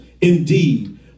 Indeed